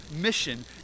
mission